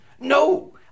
No